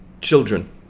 children